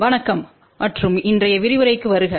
வணக்கம் மற்றும் இன்றைய விரிவுரைக்கு வருக